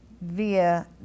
via